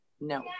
No